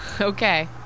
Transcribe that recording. Okay